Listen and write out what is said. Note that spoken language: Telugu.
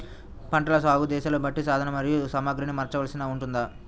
పంటల సాగు దశలను బట్టి సాధనలు మరియు సామాగ్రిని మార్చవలసి ఉంటుందా?